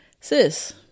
sis